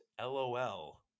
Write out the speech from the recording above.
LOL